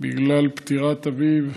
בגלל פטירת אביו,